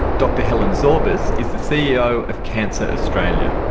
dr helen zorbas is the ceo of cancer australia.